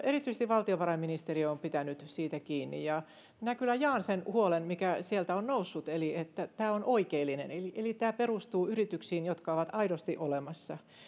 erityisesti valtiovarainministeriö on pitänyt siitä kiinni ja minä kyllä jaan sen huolen mikä sieltä on noussut tämä on oikeellinen eli eli tämä perustuu yrityksiin jotka ovat aidosti olemassa